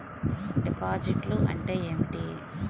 డిపాజిట్లు అంటే ఏమిటి?